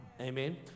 amen